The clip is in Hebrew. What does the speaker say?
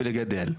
ולגדל.